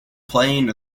playing